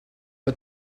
but